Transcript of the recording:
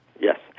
Yes